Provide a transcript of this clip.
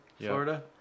florida